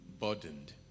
burdened